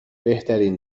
بهترین